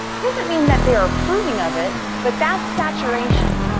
doesn't mean that they are approving of it, but that's saturation.